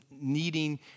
needing